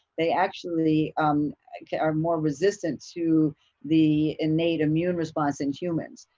they actually are more resistant to the innate immune response in humans,